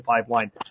pipeline